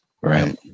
Right